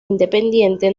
independiente